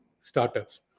startups